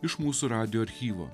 iš mūsų radijo archyvo